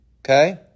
Okay